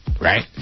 Right